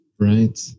Right